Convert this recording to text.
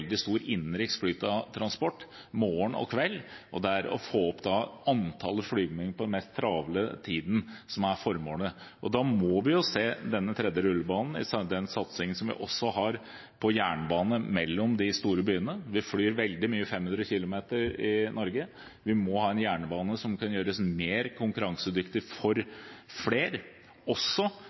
veldig stor innenriks flyt av transport morgen og kveld, og det er å få opp antallet flygninger på den mest travle tiden som er formålet. Da må vi se denne tredje rullebanen opp mot den satsingen som vi også har på jernbane mellom de store byene. Vi flyr veldig mye 500 kilometer i Norge. Vi må ha en jernbane som kan gjøres mer konkurransedyktig for flere, også